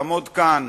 לעמוד כאן,